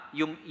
yung